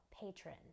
patron